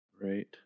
Right